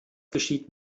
geschieht